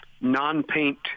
non-paint